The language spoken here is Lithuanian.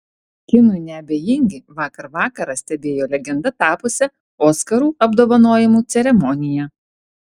kinui neabejingi vakar vakarą stebėjo legenda tapusią oskarų apdovanojimų ceremoniją